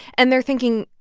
and they're thinking,